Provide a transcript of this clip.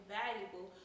valuable